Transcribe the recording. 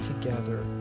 together